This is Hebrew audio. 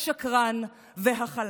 השקרן והחלש.